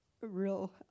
real